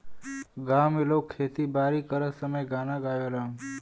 गांव में लोग खेती बारी करत समय गाना गावेलन